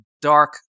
dark